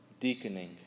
deaconing